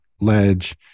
ledge